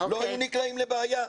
לא היו נקלעים לבעיה.